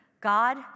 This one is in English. God